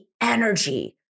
energy